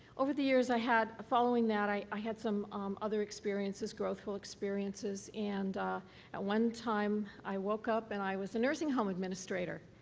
over the years i had, following that, i i had some other experiences, growth experiences, and at one time, i woke up, and i was a nursing home administrator.